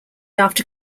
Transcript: after